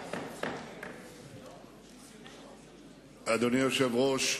אדוני היושב-ראש,